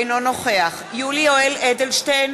אינו נוכח יולי יואל אדלשטיין,